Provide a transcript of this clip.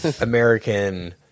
American